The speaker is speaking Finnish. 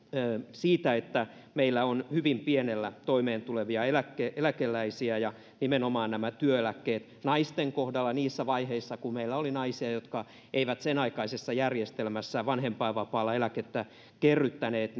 siitä että meillä on hyvin pienellä toimeentulevia eläkeläisiä ja nimenomaan nämä työeläkkeet naisten kohdalla niissä vaiheissa kun meillä oli naisia jotka eivät sen aikaisessa järjestelmässä vanhempainvapaalla eläkettä kerryttäneet